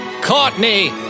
Courtney